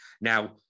now